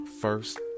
first